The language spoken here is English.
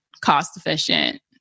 cost-efficient